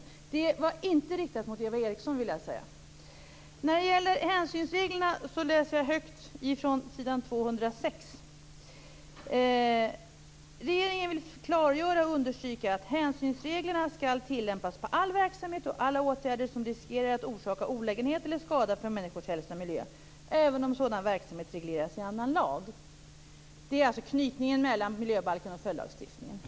Jag vill säga att det inte var riktat mot Eva Eriksson. När det gäller hänsynsreglerna läser jag högt från s. 206: Regeringen vill klargöra och understryka att hänsynsreglerna skall tillämpas på all verksamhet och vid alla åtgärder som riskerar att orsaka olägenhet eller skada för människors hälsa och miljö även om sådan verksamhet regleras i annan lag. Det är alltså knytningen mellan miljöbalken och följdlagstiftningen.